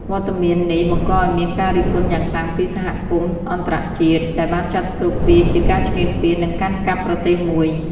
វត្តមាននេះបង្កឱ្យមានការរិះគន់យ៉ាងខ្លាំងពីសហគមន៍អន្តរជាតិ ដែលបានចាត់ទុកវាជាការឈ្លានពាន និងកាន់កាប់ប្រទេសមួយ។